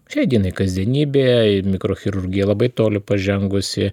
šiai dienai kasdienybė ir mikrochirurgija labai toli pažengusi